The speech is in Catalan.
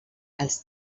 els